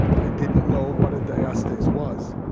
i didn't know what a diastase was,